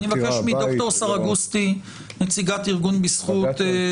אני מבקש מד"ר סרגוסטי, נציגת ארגון בזכות.